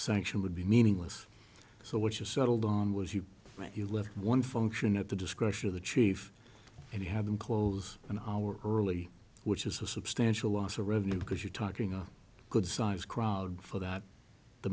sanction would be meaningless so what you're settled on was you meant you left one function at the discretion of the chief and he had them close an hour early which is a substantial loss of revenue because you're talking a good sized crowd for that the